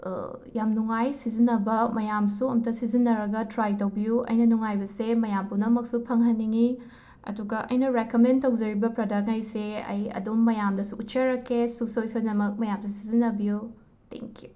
ꯌꯥꯝꯅ ꯅꯨꯡꯉꯥꯏ ꯁꯤꯖꯤꯟꯅꯕ ꯃꯌꯥꯝꯁꯨ ꯑꯃꯨꯛꯇ ꯁꯤꯖꯤꯟꯅꯔꯒ ꯇ꯭ꯔꯥꯏ ꯇꯧꯕꯤꯌꯨ ꯑꯩꯅ ꯅꯨꯡꯉꯥꯏꯕꯁꯦ ꯃꯌꯥꯝ ꯄꯨꯝꯅꯃꯛꯁꯨ ꯐꯪꯍꯟꯅꯤꯡꯏ ꯑꯗꯨꯒ ꯑꯩꯅ ꯔꯦꯀꯃꯦꯟ ꯇꯧꯖꯔꯤꯕ ꯄ꯭ꯔꯗꯛꯈꯩꯁꯦ ꯑꯩ ꯑꯗꯨꯝ ꯃꯌꯥꯝꯗꯁꯨ ꯎꯠꯆꯔꯛꯀꯦ ꯁꯨꯡꯁꯣꯏ ꯁꯣꯏꯗꯅꯃꯛ ꯃꯌꯥꯝꯁꯨ ꯁꯤꯖꯤꯟꯅꯕꯤꯌꯨ ꯇꯦꯡ ꯀ꯭ꯌꯨ